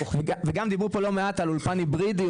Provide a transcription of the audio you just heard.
וגם דיברו פה לא מעט על אולפן היברידי,